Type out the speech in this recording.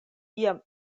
iam